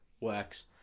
works